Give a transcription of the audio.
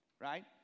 Right